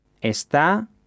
está